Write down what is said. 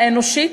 האנושית,